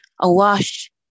Awash